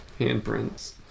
Handprints